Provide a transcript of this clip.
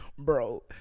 Bro